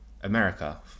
America